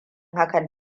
hakan